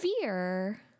fear